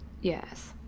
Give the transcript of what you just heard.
Yes